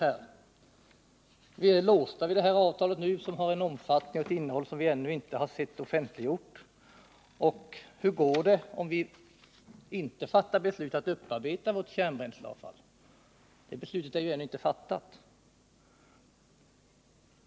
Vi är alltså låsta av det här avtalet som har en omfattning och ett innehåll som ännu inte offentliggjorts. Hur går det f. ö., om vi inte fattar beslut om att upparbeta vårt kärnbränsleavfall? Något sådant beslut är ju ännu inte fattat.